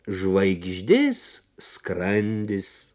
žvaigždės skrandis